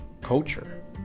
culture